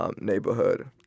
neighborhood